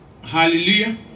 Hallelujah